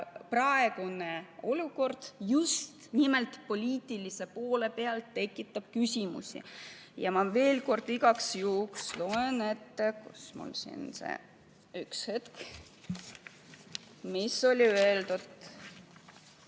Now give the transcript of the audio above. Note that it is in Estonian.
praegune olukord just nimelt poliitilise poole pealt tekitab küsimusi. Ma veel kord igaks juhuks loen ette – kus see mul siin on, üks hetk –, mis oli öeldud